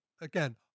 again